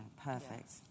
perfect